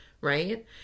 Right